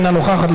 אינה נוכחת,